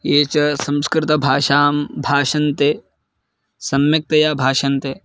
ये च संस्कृतभाषां भाषन्ते सम्यक्तया भाषन्ते